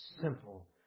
simple